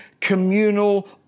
communal